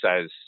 says